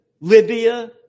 Libya